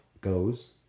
goes